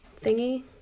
thingy